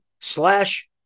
slash